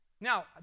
Now